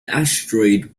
asteroid